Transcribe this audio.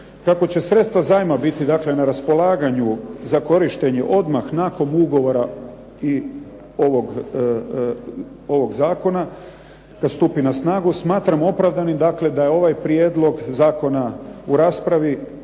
Kako će sredstva zajma biti dakle na raspolaganju za korištenje odmah nakon ugovora i ovog zakona, kad stupi na snagu, smatramo opravdanim dakle da je ovaj prijedlog zakona u raspravi